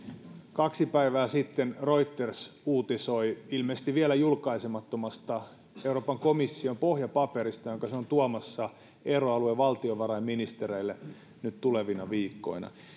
kaksi päivää sitten reuters uutisoi ilmeisesti vielä julkaisemattomasta euroopan komission pohjapaperista jonka se on tuomassa euroalueen valtiovarainministereille nyt tulevina viikkoina